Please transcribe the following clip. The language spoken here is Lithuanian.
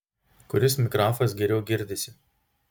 kuris mikrafas geriau girdisi